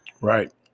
Right